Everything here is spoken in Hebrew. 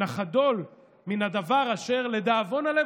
נחדול מן הדבר אשר לדאבון הלב,